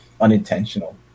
unintentional